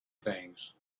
things